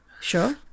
Sure